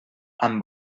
amb